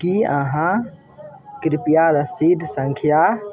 कि अहाँ कृपया रसीद सँख्या